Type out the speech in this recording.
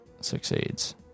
succeeds